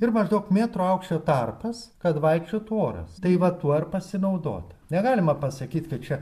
ir maždaug metro aukščio tarpas kad vaikščiotų oras tai va tuo ir pasinaudota negalima pasakyt kad čia